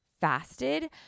fasted